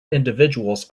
individuals